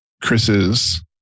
Chris's